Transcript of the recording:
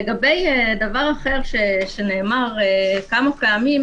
לגבי דבר אחר שנאמר כמה פעמים,